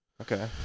Okay